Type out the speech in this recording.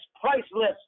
priceless